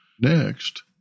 Next